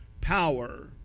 power